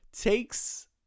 takes